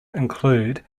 include